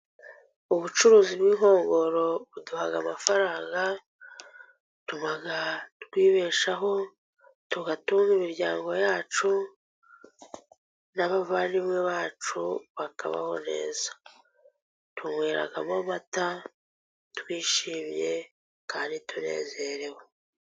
Ubucuruzi bw'inkongoro buduha amafaranga. Butuma twibeshaho tugatunga imiryango yacu, n'abavandimwe bacu bakabaho neza. Tuyweramo amata twishimye kandi tunezerewe.